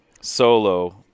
solo